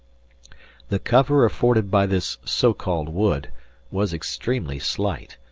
the cover afforded by this so-called wood was extremely slight,